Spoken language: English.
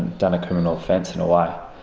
done a criminal offence, in a way.